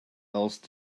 else